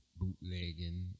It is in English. bootlegging